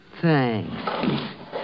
Thanks